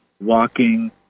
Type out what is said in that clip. walking